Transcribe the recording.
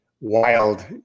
wild